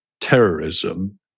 terrorism